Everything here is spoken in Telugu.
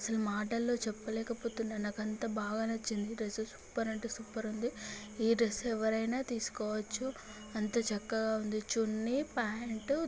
అసలు మాటల్లో చెప్పలేకపోతున్నాను నాకు అంత బాగా నచ్చింది డ్రెస్ సూపర్ అంటే సూపర్ ఉంది ఈ డ్రెస్సు ఎవరైనా తీసుకోవచ్చు అంత చక్కగా ఉంది చున్నీ ప్యాంటు